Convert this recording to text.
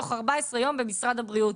תוך 14 יום במשרד הבריאות.